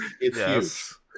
Yes